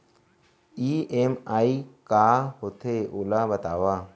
EMI का होथे, ओला बतावव